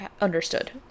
understood